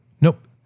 Nope